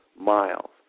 miles